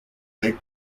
lake